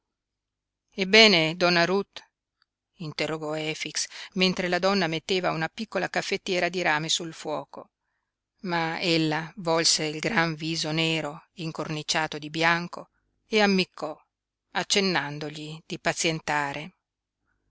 ebbene donna ruth interrogò efix mentre la donna metteva una piccola caffettiera di rame sul fuoco ma ella volse il gran viso nero incorniciato di bianco e ammiccò accennandogli di pazientare